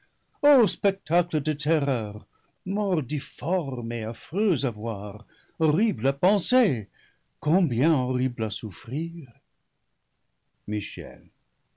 spectacle de terreur mort difforme et affreuse à voir horrible à penser combien hor rible à souffrir michel